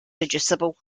reducible